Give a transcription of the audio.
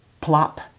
plop